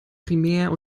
primär